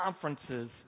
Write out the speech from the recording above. conferences